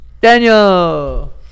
Daniel